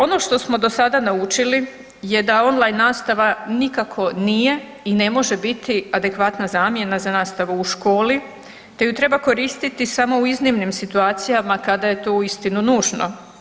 Ono što smo do sada naučili je da on-line nastava nikako nije i ne može biti adekvatna zamjena za nastavu u školi te ju treba koristiti samo u iznimnim situacijama kada je to uistinu nužno.